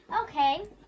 okay